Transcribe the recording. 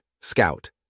Scout